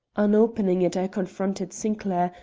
on opening it i confronted sinclair,